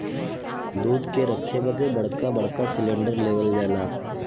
दूध के रखे बदे बड़का बड़का सिलेन्डर लेवल जाला